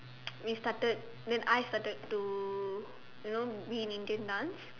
we started then I started to you know read Indian dance